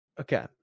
Okay